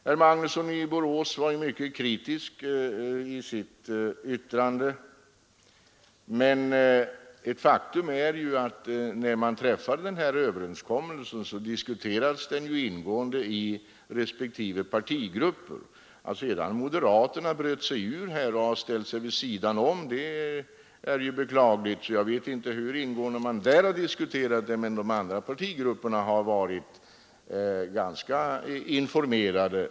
Herr Magnusson i Borås var mycket kritisk i sitt yttrande, men ett faktum är att innan överenskommelsen träffades diskuterades den ingående i respektive partigrupper. Att sedan moderaterna ställt sig vid sidan om är ju beklagligt. Jag vet inte hur ingående man där har diskuterat överenskommelsen, men de andra partigrupperna har varit ganska väl informerade.